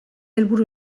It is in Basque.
helburu